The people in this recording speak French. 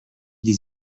des